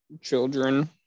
children